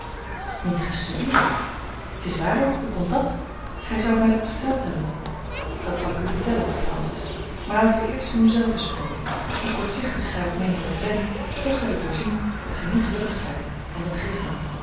niet gestudeerd t is waar ook hoe komt dàt gij zoudt mij dat verteld hebben dat zal ik u vertellen francis maar laten we eerst van u zelve spreken hoe kortzichtig gij ook meent dat ik ben toch heb ik doorzien dat gij niet gelukkig zijt en dat grieft mij